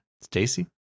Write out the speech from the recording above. Stacy